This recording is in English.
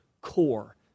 core